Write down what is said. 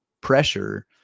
pressure